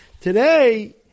Today